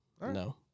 No